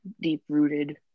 deep-rooted